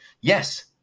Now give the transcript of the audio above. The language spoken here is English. Yes